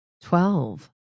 Twelve